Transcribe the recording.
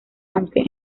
aunque